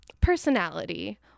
personality